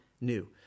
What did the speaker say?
new